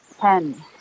ten